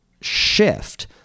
shift